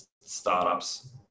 startups